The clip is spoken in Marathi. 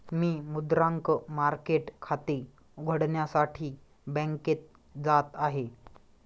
मी मुद्रांक मार्केट खाते उघडण्यासाठी बँकेत जात आहे